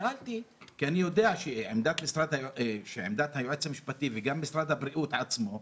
שאלתי כי אני יודע שעמדת היועץ המשפטי וגם משרד הבריאות עצמו,